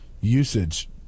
Usage